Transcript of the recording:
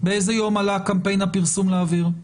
באיזה יום עלה קמפיין הפרסום לאוויר?